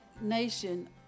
nation